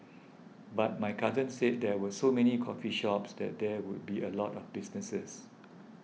but my cousin said there were so many coffee shops so there would be a lot of business